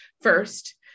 first